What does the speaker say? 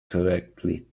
correctly